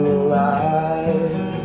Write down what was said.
alive